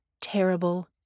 Terrible